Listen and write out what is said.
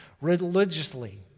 religiously